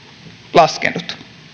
laskenut